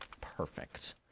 perfect